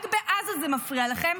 רק בעזה זה מפריע לכם,